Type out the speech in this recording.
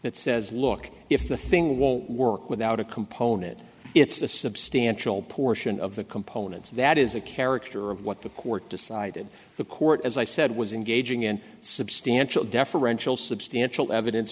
that says look if the thing won't work without a component it's a substantial portion of the components that is a character of what the court decided the court as i said was engaging in substantial deferential substantial evidence